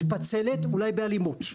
מתפצלת, אולי באלימות.